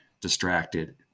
distracted